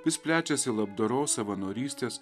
vis plečiasi labdaros savanorystės